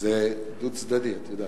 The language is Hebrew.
זה דו-צדדי, את יודעת.